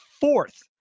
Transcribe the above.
fourth